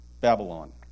Babylon